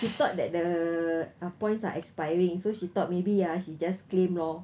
she thought that the uh points are expiring so she thought maybe ya she just claim lor